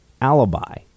alibi